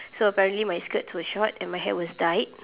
so apparently my skirt was short and my hair was dyed